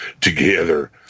Together